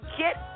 get